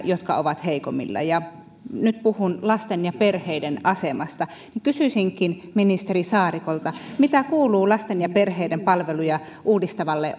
jotka ovat heikommilla nyt puhun lasten ja perheiden asemasta kysyisinkin ministeri saarikolta mitä kuuluu lasten ja perheiden palveluja uudistavalle